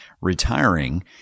retiring